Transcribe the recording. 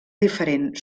diferent